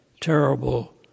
terrible